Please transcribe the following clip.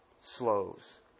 Slows